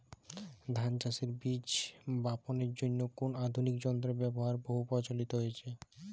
ধান চাষের বীজ বাপনের জন্য কোন আধুনিক যন্ত্রের ব্যাবহার বহু প্রচলিত হয়েছে?